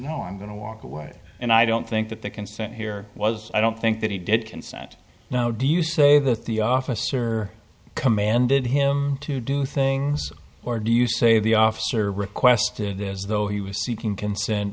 to no i'm going to walk away and i don't think that that consent here was i don't think that he did consent now do you say that the officer commanded him to do things or do you say the officer requested as though he was seeking consent